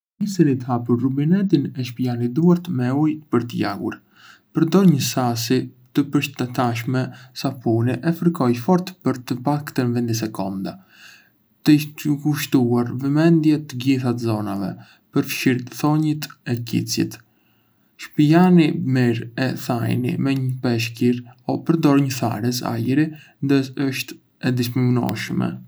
Nisëni të hapur rubinetin e shpëlani duart me ujë për t'i lagur. Përdor një sasi të përshtatshme sapuni e fërkoji fort për të paktën dizet sekonda, të i kushtuar vëmendje të gjitha zonave, përfshirë thonjtë e kyçet. Shpëlajini mirë e thajini me një peshqir, o përdor një tharëse ajri ndëse është e disponueshme.